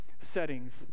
settings